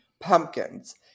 pumpkins